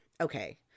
okay